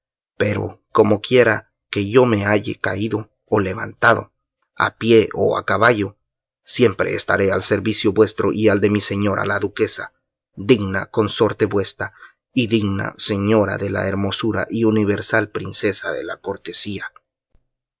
pero comoquiera que yo me halle caído o levantado a pie o a caballo siempre estaré al servicio vuestro y al de mi señora la duquesa digna consorte vuestra y digna señora de la hermosura y universal princesa de la cortesía